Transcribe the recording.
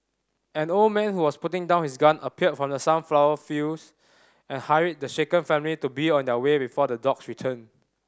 an old man was putting down his gun appeared from the sunflower fields and hurried the shaken family to be on their way before the dogs return